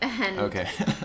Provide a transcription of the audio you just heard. Okay